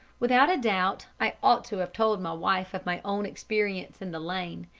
without a doubt i ought to have told my wife of my own experience in the lane,